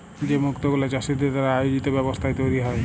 যে মুক্ত গুলা চাষীদের দ্বারা আয়জিত ব্যবস্থায় তৈরী হ্যয়